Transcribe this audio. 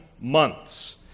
months